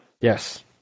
Yes